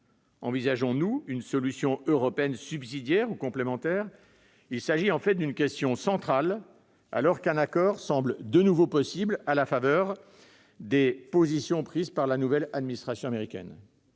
envisageons-nous une solution européenne subsidiaire ou complémentaire ? Il s'agit d'une question centrale, alors qu'un accord semble de nouveau possible à la faveur des positions prises par la nouvelle administration américaine.